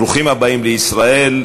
ברוכים הבאים לישראל.